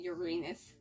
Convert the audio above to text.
Uranus